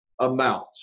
amount